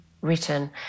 written